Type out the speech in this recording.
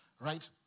right